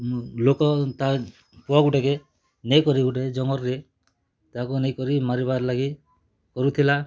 ଲୋକ୍ ତା'ର୍ ପୁଅ ଗୁଟେକେ ନେଇକରି ଗୁଟେ ଜଙ୍ଗଲ୍ରେ ତା'କୁ ନେଇକିରି ମାର୍ବାର୍ ଲାଗି କରୁଥିଲା